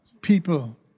people